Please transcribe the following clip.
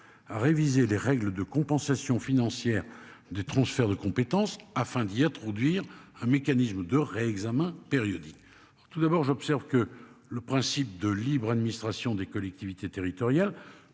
à réviser les règles de compensation financière des transferts de compétences afin d'y introduire un mécanisme de re-examen périodique. Tout d'abord, j'observe que le principe de libre administration des collectivités territoriales